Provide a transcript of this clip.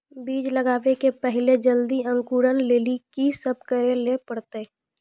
बीज लगावे के पहिले जल्दी अंकुरण लेली की सब करे ले परतै?